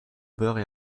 beurre